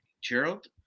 Gerald